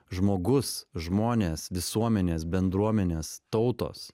žmogus žmonės visuomenės bendruomenės tautos